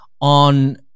on